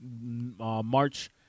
March